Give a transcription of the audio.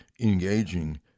engaging